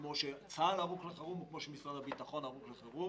כמו שצה"ל או משרד הביטחון ערוכים לחירום.